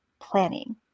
planning